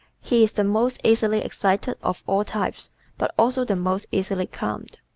he is the most easily excited of all types but also the most easily calmed.